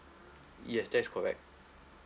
yes that is correct